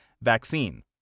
vaccine